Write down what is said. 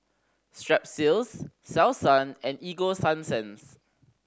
Strepsils Selsun and Ego Sunsense